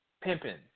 Pimping